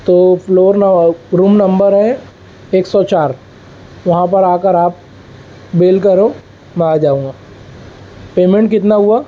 تو floor room number ہے ایک سو چار وہاں پر آ کر آپ بیل کرو میں آ جاؤں گا پیمنٹ کتنا ہوا